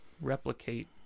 replicate